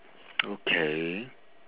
K